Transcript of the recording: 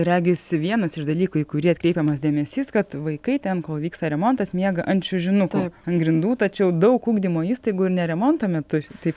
regis vienas iš dalykų į kurį atkreipiamas dėmesys kad vaikai ten kol vyksta remontas miega ant čiužinukų ant grindų tačiau daug ugdymo įstaigų ir ne remonto metu taip